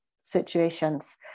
situations